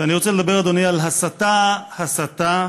אני רוצה לדבר, אדוני, על "הסתה, הסתה",